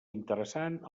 interessant